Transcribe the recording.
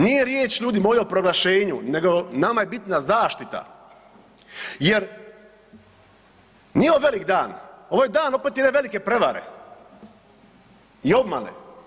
Nije riječ ljudi moji o proglašenju nego nama je bitna zaštita jer nije ovo velik dan, ovo je dan opet jedne velike prevare i obmane.